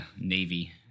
Navy